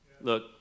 Look